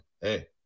hey